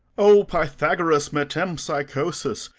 o, pythagoras' metempsychosis,